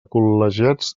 col·legiats